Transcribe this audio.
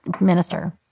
minister